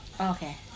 Okay